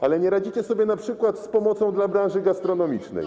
Ale nie radzicie sobie np. z pomocą dla branży gastronomicznej.